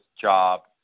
job